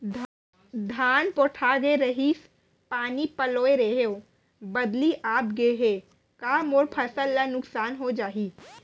धान पोठागे रहीस, पानी पलोय रहेंव, बदली आप गे हे, का मोर फसल ल नुकसान हो जाही?